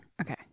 okay